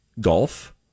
golf